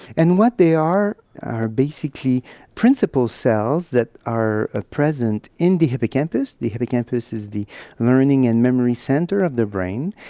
and what they are are basically principal cells that are ah present in the hippocampus. the hippocampus is in the learning and memory centre of the brain.